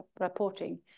reporting